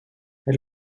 het